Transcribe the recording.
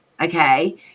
okay